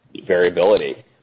variability